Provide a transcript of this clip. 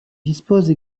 dispose